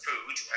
Food